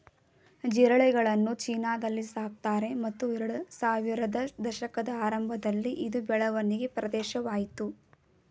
ಜಿರಳೆಗಳನ್ನು ಚೀನಾದಲ್ಲಿ ಸಾಕ್ತಾರೆ ಮತ್ತು ಎರಡ್ಸಾವಿರದ ದಶಕದ ಆರಂಭದಲ್ಲಿ ಇದು ಬೆಳವಣಿಗೆ ಪ್ರದೇಶವಾಯ್ತು